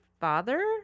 father